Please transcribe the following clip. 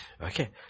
Okay